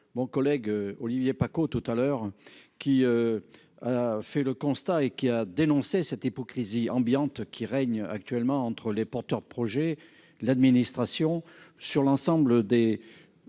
mon collègue Olivier Paccaud tout à l'heure qui fait le constat et qui a dénoncé cette hypocrisie ambiante qui règne actuellement entre les porteurs de projets, l'administration sur l'ensemble des